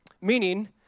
Meaning